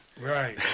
Right